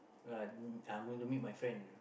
uh I'm gona meet my friend